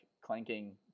clanking